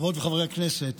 חברות וחברי הכנסת,